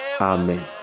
Amen